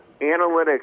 Analytics